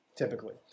Typically